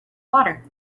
water